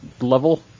level